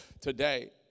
today